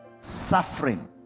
Suffering